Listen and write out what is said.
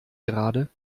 gerade